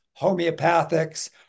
homeopathics